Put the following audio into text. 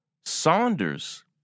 Saunders